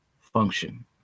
function